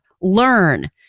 learn